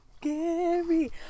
Gary